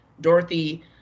Dorothy